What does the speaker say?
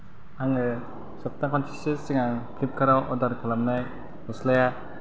आङो सप्ताह खनसेसो सिगां फ्लिपकार्टआव अर्डार खालामनाय गस्लाया